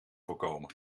voorkomen